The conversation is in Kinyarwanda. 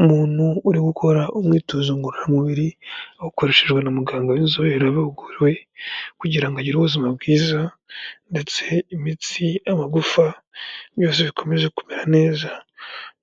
Umuntu uri gukora umwitozo ngororamubiri awukoreshejwe na muganga w'inzobere wabihuguriwe, kugira ngo agire ubuzima bwiza ndetse imitsi, amagufa, byose bikomeze kumera neza,